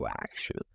action